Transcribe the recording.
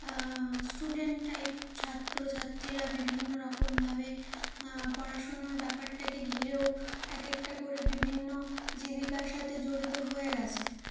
student type ছাত্রছাত্রীরা বিভিন্ন রকমভাবে পড়াশুনোর ব্যাপারটাকে ঘিরেও এক একটা করে বিভিন্ন জীবিকার সাথে জড়িত হয়ে গেছে